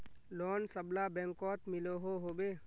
Loan सबला बैंकोत मिलोहो होबे?